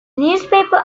newspaper